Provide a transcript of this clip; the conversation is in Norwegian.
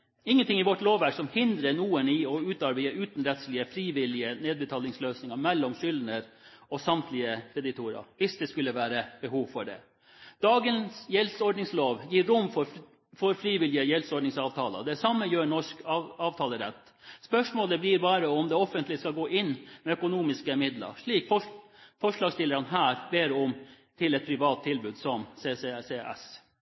vårt lovverk som hindrer noen i å utarbeide en utenrettslig frivillig nedbetalingsløsning mellom skyldner og samtlige kreditorer, hvis det skulle være behov for det. Dagens gjeldsordningslov gir rom for frivillige gjeldsordningsavtaler. Det samme gjør norsk avtalerett. Spørsmålet blir da om det offentlige skal gå inn med økonomiske midler, slik forslagsstillerne her ber om, til et privat